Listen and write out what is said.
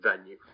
venue